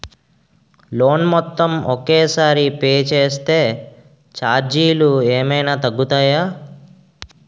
Loan మొత్తం ఒకే సారి పే చేస్తే ఛార్జీలు ఏమైనా తగ్గుతాయా?